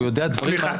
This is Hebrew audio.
יודע דברים --- סליחה,